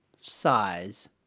Size